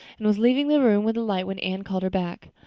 and was leaving the room with the light when anne called her back.